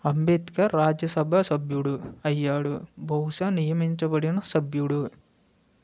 అంబేద్కర్ రాజ్యసభ సభ్యుడు అయ్యాడు బహుశా నియమించబడిన సభ్యుడు